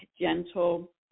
gentle